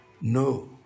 No